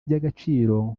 by’agaciro